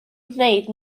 wneud